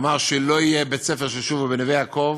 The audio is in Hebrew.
ואמר שלא יהיה בית-ספר של "שובו" בנווה-יעקב,